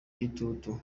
igitutu